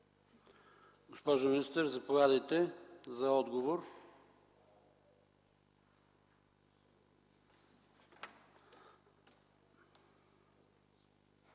Господин министър, заповядайте за отговор